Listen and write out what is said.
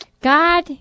God